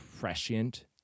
prescient